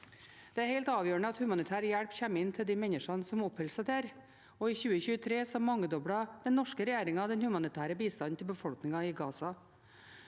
Det er helt avgjørende at humanitær hjelp kommer inn til de menneskene som oppholder seg der. I 2023 mangedoblet den norske regjeringen den humanitære bistanden til befolkningen i Gaza.